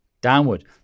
downward